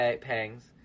pangs